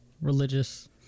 religious